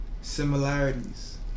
similarities